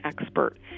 expert